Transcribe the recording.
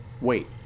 Wait